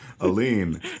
Aline